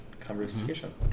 conversation